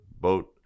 boat